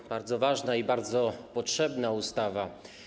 To bardzo ważna i bardzo potrzebna ustawa.